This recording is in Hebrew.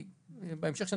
בהמשך,